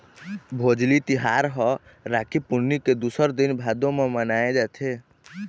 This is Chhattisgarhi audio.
भोजली तिहार ह राखी पुन्नी के दूसर दिन भादो म मनाए जाथे